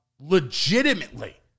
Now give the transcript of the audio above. legitimately